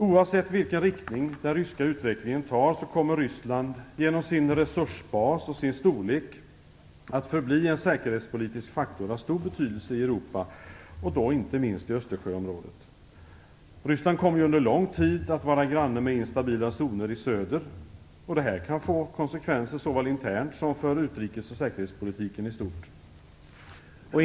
Oavsett vilken riktning den ryska utvecklingen tar kommer Ryssland genom sin resursbas och sin storlek att förbli en säkerhetspolitisk faktor av stor betydelse i Europa och då inte minst i Östersjöområdet. Ryssland kommer under lång tid att vara granne med instabila zoner i söder. Det här kan få konsekvenser såväl internt som för utrikes och säkerhetspolitiken i stort.